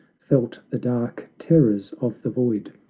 felt the dark terrors of the void,